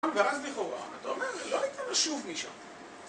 ואז לכאורה, אתה אומר? לא יקבל שוב מישהו.